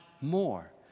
more